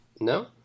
No